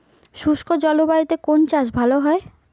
শুষ্ক জলবায়ুতে কোন চাষ ভালো হয়?